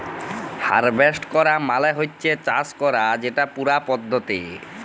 harvest ক্যরা মালে হছে চাষ ক্যরার যে পুরা পদ্ধতি